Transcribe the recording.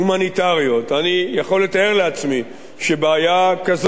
אני יכול לתאר לעצמי שבעיה כזו כפי שהעלית,